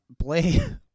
play